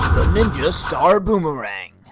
ninja star boomerang!